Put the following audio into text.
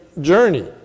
journey